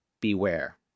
beware